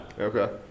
okay